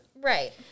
Right